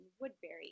Woodbury